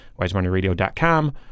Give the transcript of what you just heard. wisemoneyradio.com